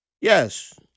yes